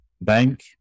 bank